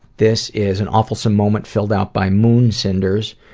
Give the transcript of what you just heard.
this is an awefulsome moment filled out by moonsenders,